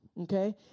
okay